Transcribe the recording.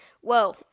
Whoa